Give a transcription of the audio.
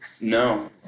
No